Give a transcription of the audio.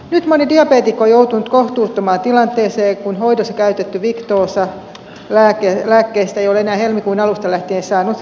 nyt moni diabeetikko on joutunut kohtuuttomaan tilanteeseen kun hoidossa käytetystä victoza lääkkeestä ei ole enää helmikuun alusta lähtien saanut kela korvausta